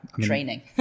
Training